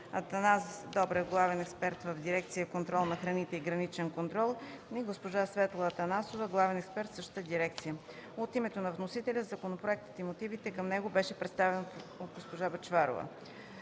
Атанас Дробенов – главен експерт в дирекция „Контрол на храните и граничен контрол”, и госпожа Светла Атанасова – главен експерт в същата дирекция. От името на вносителите законопроектът и мотивите към него бяха представени от госпожа Бъчварова.